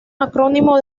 acrónimo